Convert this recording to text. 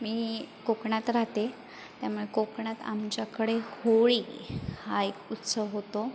मी कोकणात राहते त्यामुळे कोकणात आमच्याकडे होळी हा एक उत्सव होतो